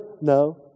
No